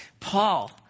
Paul